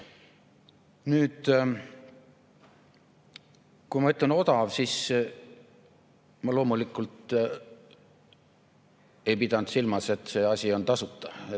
Nüüd, kui ma ütlesin "odav", siis ma loomulikult ei pidanud silmas, et see asi on tasuta.